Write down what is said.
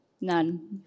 None